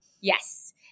Yes